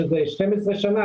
ב-12 שנה,